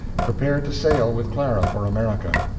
prepared to sail with clara for america.